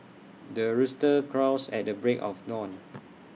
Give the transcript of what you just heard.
the rooster crows at the break of dawn